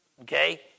Okay